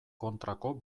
kontrako